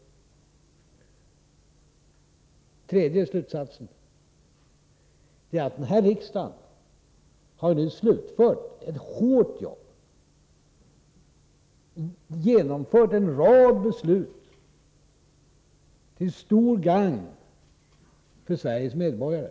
Den tredje slutsatsen är att den här riksdagen nu har slutfört ett hårt jobb, genomfört en rad beslut till stort gagn för Sveriges medborgare.